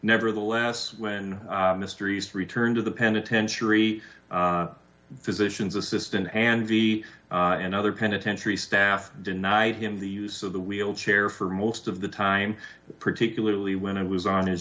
nevertheless when mysteries returned to the penitentiary physicians assistant and v and other penitentiary staff denied him the use of the wheelchair for most of the time particularly when it was on his